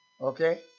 Okay